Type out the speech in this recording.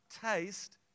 taste